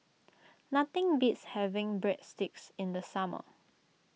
nothing beats having Breadsticks in the summer